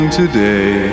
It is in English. today